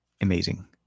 amazing